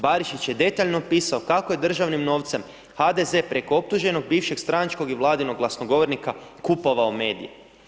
Barišić je detaljno opisao kako je državnim novcem HDZ preko optuženog bivšeg stranačkog i Vladinog glasnogovornika kupovao medije.